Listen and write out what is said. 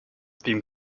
wem